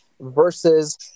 versus